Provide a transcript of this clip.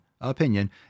opinion